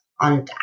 on